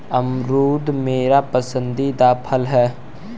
अमरूद मेरा पसंदीदा फल है